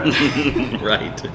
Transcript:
Right